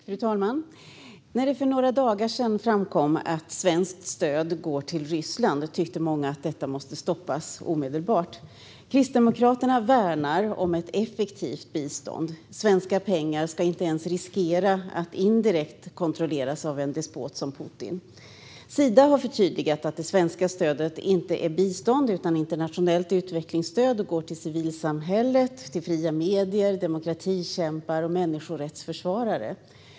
Fru talman! När det för några dagar sedan framkom att svenskt stöd går till Ryssland tyckte många att detta måste stoppas omedelbart. Kristdemokraterna värnar om ett effektivt bistånd. Svenska pengar ska inte ens riskera att indirekt kontrolleras av en despot som Putin. Sida har förtydligat att det svenska stödet inte är bistånd utan internationellt utvecklingsstöd och att det går till civilsamhället, fria medier, demokratikämpar och människorättsförsvarare.